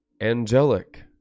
angelic